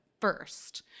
first